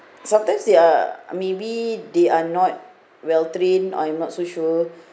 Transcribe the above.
sometimes they are maybe they are not well trained I'm not so sure